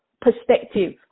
perspective